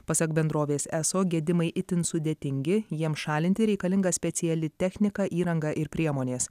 pasak bendrovės eso gedimai itin sudėtingi jiem šalinti reikalinga speciali technika įranga ir priemonės